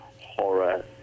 horror